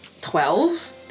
Twelve